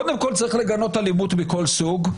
קודם כל צריך לגנות אלימות מכל סוג,